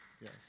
yes